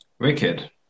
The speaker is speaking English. Wicked